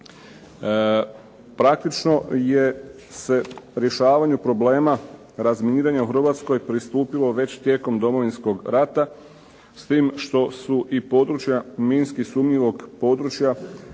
Praktično je se rješavanju problema razminiranja u Hrvatskoj pristupilo već tijekom Domovinskog rata, s tim što su i područja minski sumnjivog područja